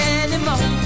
anymore